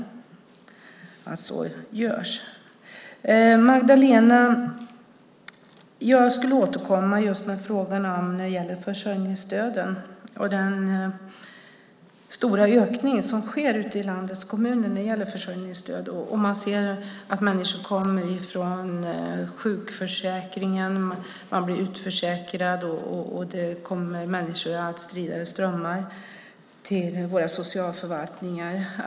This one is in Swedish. Jag skulle, Magdalena Andersson, återkomma om frågan om försörjningsstöden, den stora ökning som sker i landets kommuner när det gäller försörjningsstöd. Vi ser att människor som blivit utförsäkrade kommer i allt stridare strömmar till våra socialförvaltningar.